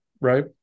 right